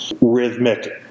rhythmic